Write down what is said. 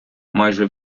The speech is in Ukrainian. майже